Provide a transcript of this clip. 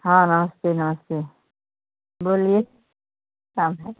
हाँ हाँ नमस्ते नमस्ते बोलिए काम है